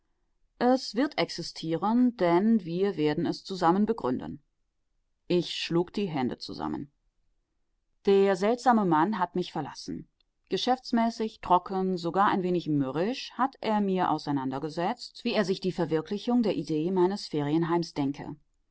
es wird existieren denn wir werden es zusammen begründen ich schlug die hände zusammen der seltsame mann hat mich verlassen geschäftsmäßig trocken sogar ein wenig mürrisch hat er mir auseinandergesetzt wie er sich die verwirklichung der idee meines ferienheims denke